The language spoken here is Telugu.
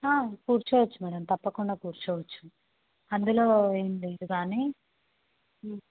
కూర్చోవచ్చు మ్యాడమ్ తప్పకుండా కూర్చోవచ్చు అందులో ఏమి లేదు కానీ